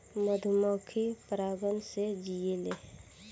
मधुमक्खी पराग से जियेले